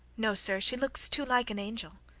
no, sir. she looks too like an angel.